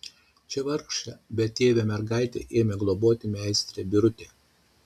čia vargšę betėvę mergaitę ėmė globoti meistrė birutė